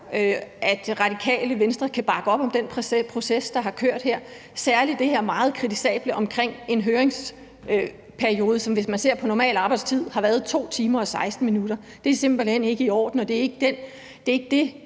at Radikale Venstre kan bakke om den proces, der har kørt her, særlig det her meget kritisable med en høringsperiode, som, hvis man ser på normal arbejdstid, har været på 2 timer og 16 minutter. Det er simpelt hen ikke i orden, og det er ikke det,